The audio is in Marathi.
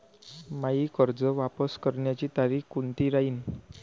मायी कर्ज वापस करण्याची तारखी कोनती राहीन?